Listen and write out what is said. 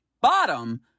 bottom